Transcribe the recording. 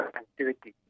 activity